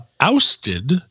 ousted